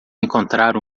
encontrar